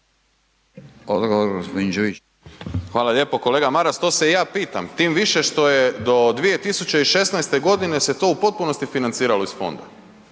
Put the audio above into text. Hvala lijepo. Kolega Maras to se i ja pitam, tim više što je do 2016. godine se to u potpunosti financiralo iz fonda.